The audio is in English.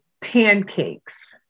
pancakes